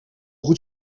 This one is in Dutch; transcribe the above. goed